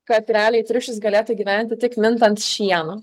kad realiai triušis galėtų gyventi tik mintant šienu